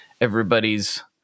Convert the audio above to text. everybody's